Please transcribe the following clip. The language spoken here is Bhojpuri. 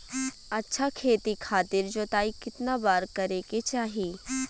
अच्छा खेती खातिर जोताई कितना बार करे के चाही?